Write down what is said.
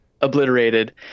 obliterated